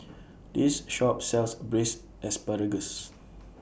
This Shop sells Braised Asparagus